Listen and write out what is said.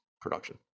production